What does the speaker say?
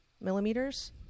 millimeters